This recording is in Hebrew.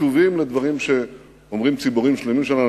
קשובים לדברים שאומרים ציבורים שלנו.